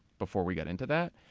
before we get into that.